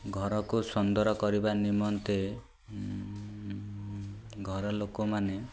ଘରକୁ ସୁନ୍ଦର କରିବା ନିମନ୍ତେ ଘର ଲୋକମାନେ